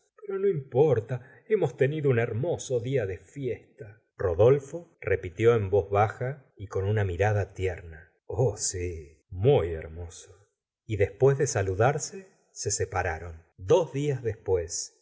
no importa hemos tenido un hermoso día de fiesta rodolfo repitió en voz baja y con una mirada tierna oh sí muy hermoso y después de saludarse se separaron dos días después en